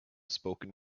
spoken